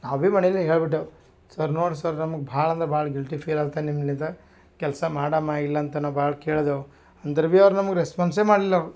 ನಾವೇ ಮಣಿಲೆ ಹೇಳ್ಬಿಟ್ಟೇವು ಸರ್ ನೋಡಿ ಸರ್ ನಮ್ಗೆ ಭಾಳ ಅಂದ್ರೆ ಭಾಳ್ ಗಿಲ್ಟಿ ಫೀಲ್ ಆಗ್ತಾ ನಿಮ್ನಿದ ಕೆಲಸ ಮಾಡೋಮ ಇಲ್ಲಂತನ ಭಾಳ್ ಕೇಳ್ದೆವು ಅಂದರು ಬಿ ಅವ್ರು ನಮ್ಗೆ ರೆಸ್ಪಾನ್ಸೆ ಮಾಡಿಲ್ಲವ್ರು